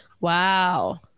Wow